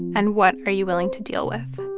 and what are you willing to deal with?